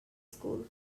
school